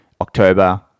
october